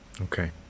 Okay